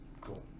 cool